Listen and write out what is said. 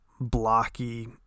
blocky